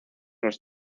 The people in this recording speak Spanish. los